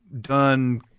done